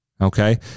okay